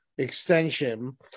Extension